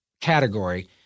category